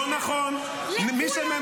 לא נכון, לא נכון.